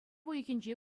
уйӑхӗнче